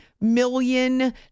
million